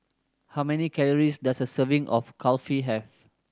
how many calories does a serving of Kulfi have